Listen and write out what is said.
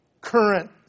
current